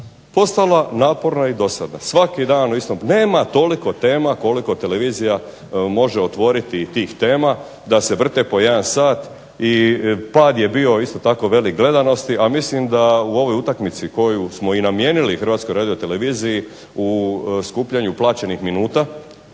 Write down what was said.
Otvoreno naporna i dosadna. Svaki dan isto. Nema toliko tema koliko televizija može otvoriti i tih tema da se vrte po jedan sat. Pad gledanosti isto tako bio je velik. A mislim da u ovoj utakmici koju smo i namijenili HRT-i u skupljanju plaćenih minuta